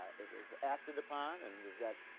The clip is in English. it was acted upon and we've got